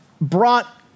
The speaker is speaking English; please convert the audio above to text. brought